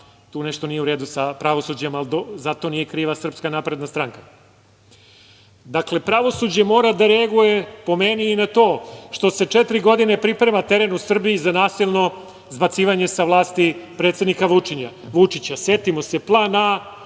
Nešto nije u redu sa pravosuđem, ali za to nije kriva SNS.Dakle, pravosuđe mora da reaguje, po meni, i na to što se četiri godine priprema teren u Srbiji za nasilno zbacivanje sa vlasti predsednika Vučića.